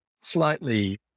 slightly